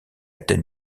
tête